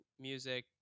music